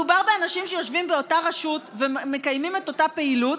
מדובר באנשים שיושבים באותה רשות ומקיימים את אותה פעילות,